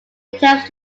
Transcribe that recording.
attempts